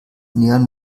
nähern